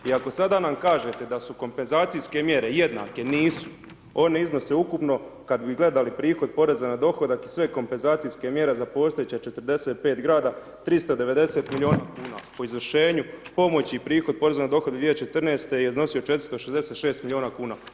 I ako sada nam kažete da su kompenzacijske mjere jednake, nisu, one iznose ukupno kada bi gledali prihod poreza na dohodak i sve kompenzacijske mjere za postojeća 45 grada 390 milijuna kuna, po izvršenju pomoći i prihod poreza na dohodak 2014. je iznosio 466 milijuna kuna.